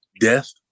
death